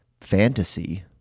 fantasy